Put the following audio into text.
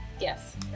yes